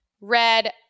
red